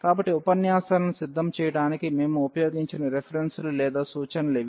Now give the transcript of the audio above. కాబట్టి ఉపన్యాసాలను సిద్ధం చేయడానికి మేము ఉపయోగించిన రిఫరెన్సులు లేదా సూచనలు ఇవి